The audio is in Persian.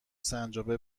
سنجابه